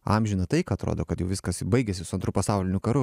amžiną taiką atrodo kad jau viskas baigėsi su antru pasauliniu karu